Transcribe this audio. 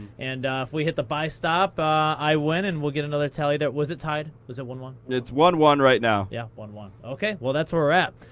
and if we hit the buy-stop, i win, and we'll get another tally. was it tied? was it one, one? and it's one, one right now. yeah, one, one. ok. well, that's where we're at.